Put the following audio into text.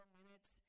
minutes